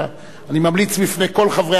אני ממליץ בפני כל חברי הכנסת,